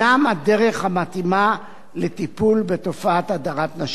הדרך המתאימה לטיפול בתופעת הדרת נשים.